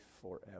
forever